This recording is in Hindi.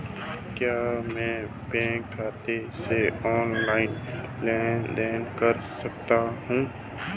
क्या मैं बैंक खाते से ऑनलाइन लेनदेन कर सकता हूं?